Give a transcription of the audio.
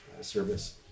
service